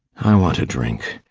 i want a drink.